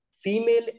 female